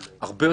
ואומרת,